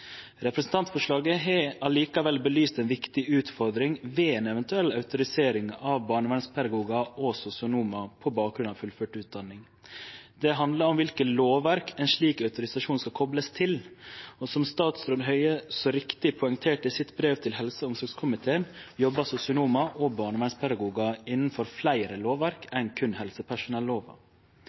Representantforslaget har likevel belyst ei viktig utfordring ved ei eventuell autorisering av barnevernspedagogar og sosionomar på bakgrunn av fullført utdanning. Det handlar om kva lovverk ein slik autorisasjon skal koplast til. Som statsråd Høie så riktig poengterte i brevet sitt til helse- og omsorgskomiteen, jobbar sosionomar og barnevernspedagogar innanfor fleire lovverk enn